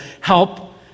help